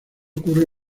ocurre